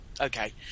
Okay